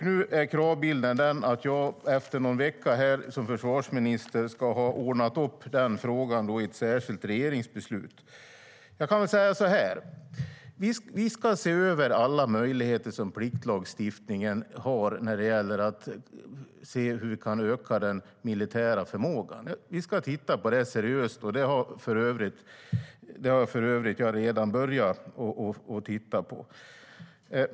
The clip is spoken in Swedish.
Nu är kravet att jag efter några veckor som försvarsminister ska ha ordnat upp frågan i ett särskilt regeringsbeslut. Jag kan säga så här: Vi ska seriöst se över alla möjligheter som pliktlagstiftningen ger att öka den militära förmågan. Detta har jag för övrigt redan börjat titta på.